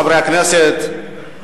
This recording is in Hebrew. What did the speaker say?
חברי הכנסת,